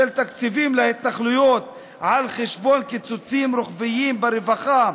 של תקציבים להתנחלויות על חשבון קיצוצים רוחביים ברווחה,